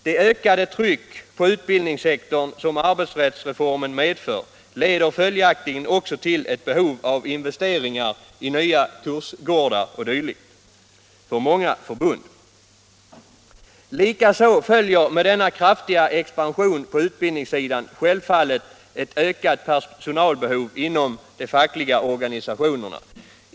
Det ökade tryck på utbildningssektorn som arbetsrättsreformen medför leder följaktligen också till ett behov av investeringar i nya kursgårdar o.d. för många förbund. Likaså följer med denna kraftiga expansion på utbildningssidan självfallet en ökning av personalbehovet inom de fackliga organisationerna.